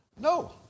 No